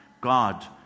God